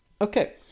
Okay